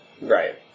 Right